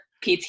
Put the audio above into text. PT